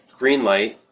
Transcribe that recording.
Greenlight